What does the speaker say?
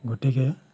গতিকে